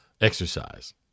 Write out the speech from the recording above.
exercise